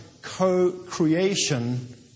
co-creation